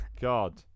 God